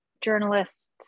journalists